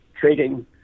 trading